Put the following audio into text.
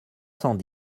cent